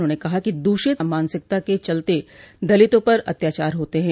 उन्होंने कहा कि दूषित मानसिकता के चलते दलितों पर अत्याचार होते हैं